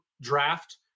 draft